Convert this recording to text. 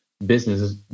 businesses